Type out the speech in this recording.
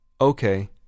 Okay